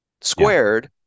squared